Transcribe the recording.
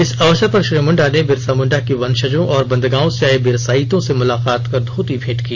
इस अवसर पर श्री मुंडा ने बिरसा मुंडा के वंशजों और बंदगांव से आये बिरसाईतों से मुलाकात कर धोती भेंट की